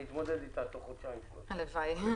נתמודד איתה בתוך חודשיים-שלושה -- הלוואי.